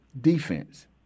defense